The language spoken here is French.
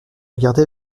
regarder